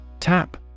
Tap